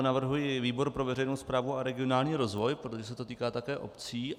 Navrhuji výbor pro veřejnou správu a regionální rozvoj, protože se to týká také obcí.